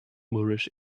moorish